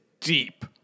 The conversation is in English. deep